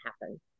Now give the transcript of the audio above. happen